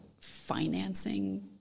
financing